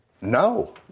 no